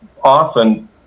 often